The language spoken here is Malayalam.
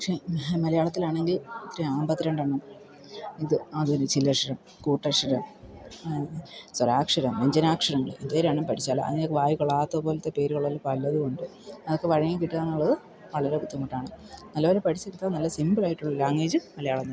പക്ഷെ മലയാളത്തിലാണെങ്കിൽ എത്രയാണ് അൻപത്തി രണ്ടെണ്ണം ഇത് ആദ്യമൊരു ചില്ലക്ഷരം കൂട്ടക്ഷരം സ്വരാക്ഷരം വ്യഞ്ജനാക്ഷരങ്ങൾ ഇത്രണ്ണം പഠിച്ചാൽ അതിനെയൊക്കെ വായിൽക്കൊള്ളാത്ത പോലത്തെ പേരുകളെല്ലാം പലതുമുണ്ട് അതൊക്കെ വഴങ്ങി കിട്ടുകയെന്നുള്ളത് വളരെ ബുദ്ധിമുട്ടാണ് നല്ലതു പോലെ പഠിച്ചെടുത്താൽ നല്ല സിമ്പിളായിട്ടുള്ളൊരു ലാംഗ്വേജ് മലയാളം തന്നെ